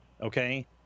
okay